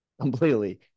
completely